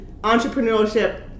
entrepreneurship